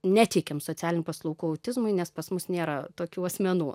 neteikiam socialinių paslaugų autizmui nes pas mus nėra tokių asmenų